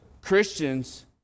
Christians